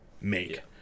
make